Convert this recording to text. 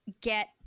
get